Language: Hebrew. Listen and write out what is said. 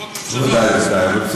בישיבות ממשלה, ודאי וודאי.